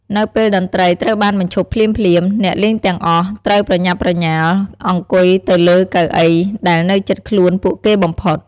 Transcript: នៅពេលតន្ត្រីត្រូវបាន បញ្ឈប់ភ្លាមៗ អ្នកលេងទាំងអស់ត្រូវប្រញាប់ប្រញាល់អង្គុយទៅលើកៅអីដែលនៅជិតខ្លួនពួកគេបំផុត។